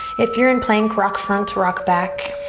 if you're in plank, rock front to rock back.